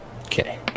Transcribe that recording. Okay